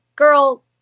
Girl